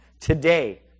today